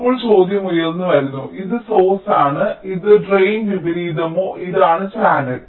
ഇപ്പോൾ ചോദ്യം ഉയർന്നുവരുന്നു ഇത് സോഴ്സ്ആണ് ഇത് ഡ്രെയ്ൻ വിപരീതമോ ഇതാണ് ചാനൽ